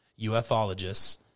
ufologists